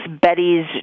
Betty's